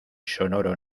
sonoro